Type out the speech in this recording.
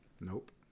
Nope